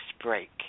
break